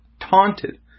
Taunted